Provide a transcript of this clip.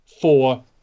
four